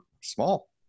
small